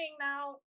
now